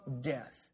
death